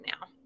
now